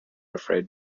afraid